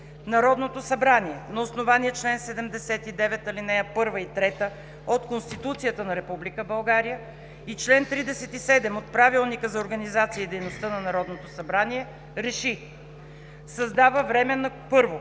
Народното събрание на основание чл. 79, ал. 1 и 3 от Конституцията на Република България и чл. 37 от Правилника за организацията и дейността на Народното събрание РЕШИ: I. Създава Временна